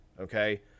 okay